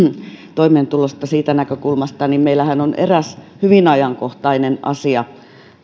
toimeentulosta siitä näkökulmasta niin meillähän on eräs hyvin ajankohtainen asia